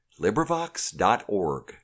LibriVox.org